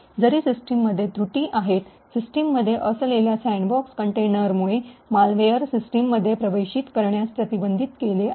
जरी सिस्टममध्ये त्रुटी आहेत सिस्टममध्ये असलेल्या सॅन्डबॉक्स कंटेनरमुळे मालवेयरला सिस्टममध्ये प्रवेश करण्यास प्रतिबंधित केले आहे